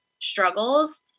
struggles